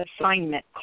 assignment